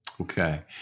Okay